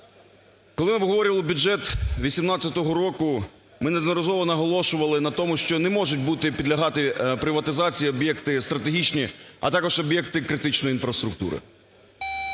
Коли ми обговорювали бюджет 2018 року, ми неодноразово наголошували на тому, що не можуть бути, підлягати приватизації об'єкти стратегічні, а також об'єкти критичної інфраструктури.